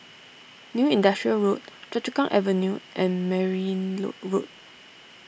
New Industrial Road Choa Chu Kang Avenue and Merryn Load Road